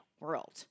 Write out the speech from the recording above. world